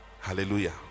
hallelujah